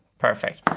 perfect!